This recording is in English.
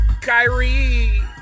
Kyrie